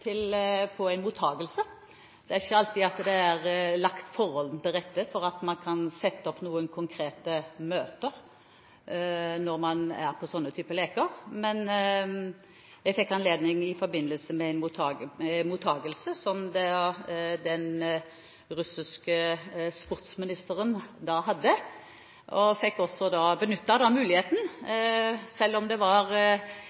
på en mottakelse. Det er ikke alltid at forholdene er lagt til rette for at man kan sette opp konkrete møter når man er på sånne typer arrangement, men jeg fikk anledning i forbindelse med en mottakelse som den russiske sportsministeren hadde. Jeg benyttet da muligheten, selv om det var i en situasjon hvor man ikke hadde